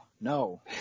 no